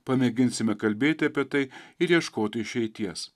pamėginsime kalbėti apie tai ir ieškoti išeities